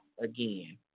again